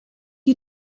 you